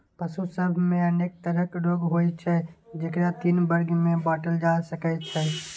पशु सभ मे अनेक तरहक रोग होइ छै, जेकरा तीन वर्ग मे बांटल जा सकै छै